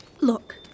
look